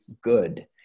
good